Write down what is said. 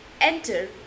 Enter